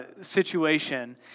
situation